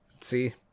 see